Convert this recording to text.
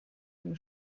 dem